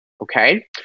okay